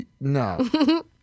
No